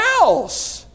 else